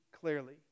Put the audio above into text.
clearly